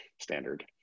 standard